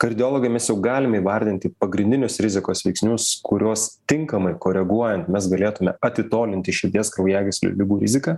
kardiologai mes jau galime įvardinti pagrindinius rizikos veiksnius kuriuos tinkamai koreguojant mes galėtume atitolinti širdies kraujagyslių ligų riziką